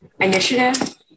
Initiative